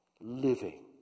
living